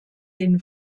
den